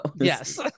Yes